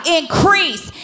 increase